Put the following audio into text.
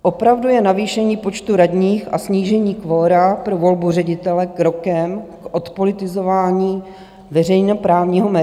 Opravdu je navýšení počtu radních a snížení kvora pro volbu ředitele krokem k odpolitizování veřejnoprávního média?